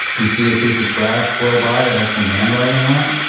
you see a piece of trash blow by that has some handwriting on it.